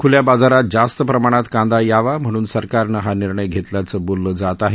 खुल्या बाजारात जास्त प्रमाणात कांदा यावा म्हणून सरकारनं हा निर्णय घेतल्याचं बोललं जात आहे